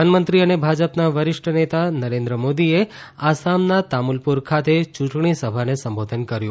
પ્રધાનમંત્રી અને ભાજપના વરિષ્ઠ નેતા નરેન્દ્ર મોદીએ આસામના તામુલપુર ખાતે ચૂંટણી સભાને સંબોધન કર્યું